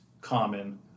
common